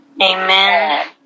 Amen